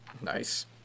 Nice